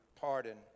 pardon